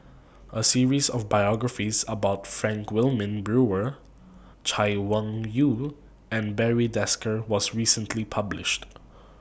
A series of biographies about Frank Wilmin Brewer Chay Weng Yew and Barry Desker was recently published